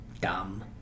dumb